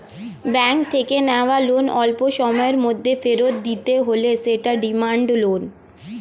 bank থেকে নেওয়া loan অল্পসময়ের মধ্যে ফেরত দিতে হলে সেটা ডিমান্ড লোন